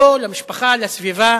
לו, למשפחה, לסביבה,